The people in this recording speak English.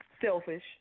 selfish